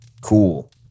Cool